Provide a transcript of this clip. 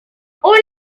puede